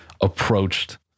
approached